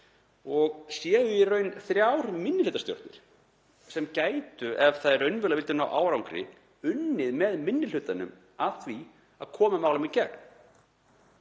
í raun þrjár minnihlutastjórnir sem gætu, ef þær raunverulega vildu ná árangri, unnið með minni hlutanum að því að koma málum í gegn.